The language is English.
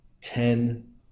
ten